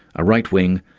a right wing,